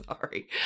Sorry